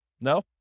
No